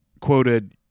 quoted